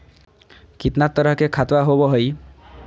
कितना तरह के खातवा होव हई?